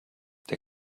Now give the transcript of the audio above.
der